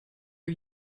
are